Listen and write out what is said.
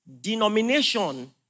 denomination